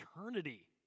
eternity